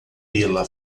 pela